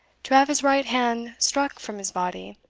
to have his right hand struck from his body,